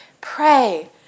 pray